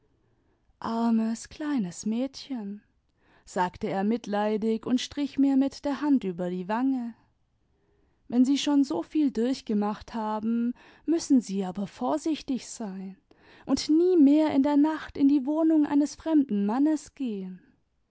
armes kleines mädchen sagte er mitleidig und strich mir mit der hand über die wange wenn sie schon so viel durchgemacht haben müssen sie aber vorsichtig sein und nie mehr in der nacht in die wohnung eines fremden mannes gehen